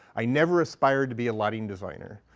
i never aspired to be a lighting designer.